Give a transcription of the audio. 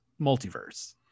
multiverse